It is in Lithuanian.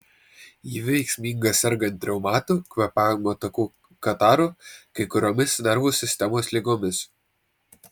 ji veiksminga sergant reumatu kvėpavimo takų kataru kai kuriomis nervų sistemos ligomis